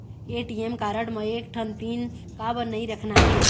ATM card म एक ठन पिन काबर नई रखना हे?